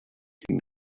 king